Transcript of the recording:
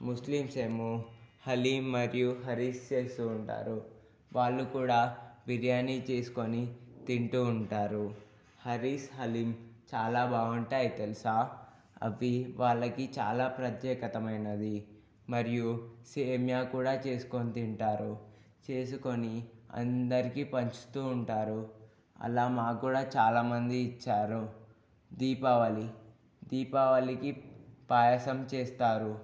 Muslims ఏమో హలీం మరియు హరీస్ చేస్తూ ఉంటారు వాళ్ళు కూడా బిర్యాని చేసుకొని తింటూ ఉంటారు హరీస్ హలీం చాలా బాగుంటాయి తెలుసా అవి వాళ్ళకి చాలా ప్రత్యేకతమైనది మరియు సేమ్యా కూడా చేసుకొని తింటారు చేసుకొని అందరికీ పంచుతూ ఉంటారు అలా మాక్కూడా చాలామంది ఇచ్చారు దీపావళి దీపావళికి పాయసం చేస్తారు